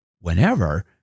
Whenever